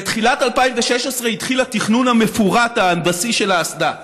בתחילת 2016 התחיל התכנון ההנדסי המפורט של האסדה.